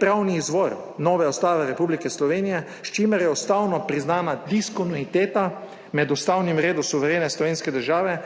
pravni izvor nove ustave Republike Slovenije, s čimer je ustavno priznana diskontinuiteta med ustavnim redom suverene slovenske države,